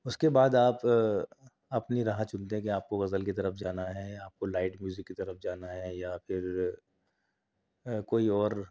اس کے بعد آپ اپنی راہ چنتے ہیں کہ آپ کو غزل کی طرف جانا ہے یا آپ کو لائٹ میوزک کی طرف جانا ہے یا پھر کوئی اور